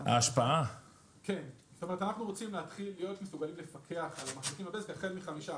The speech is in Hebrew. אנחנו רוצים להתחיל להיות מסוגלים לפקח על המחזיקים בבזק החל מ-5%,